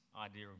idea